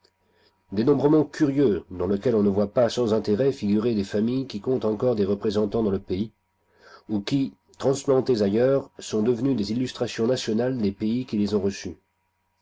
dénombrement curieux dans lequel on ne voit pas sans intérêt figurer des familles qui comptent encore des représentants dans le pays ou qui transplantées ailleurs sont devenues des illustrations nationales des pays qui les ont reçues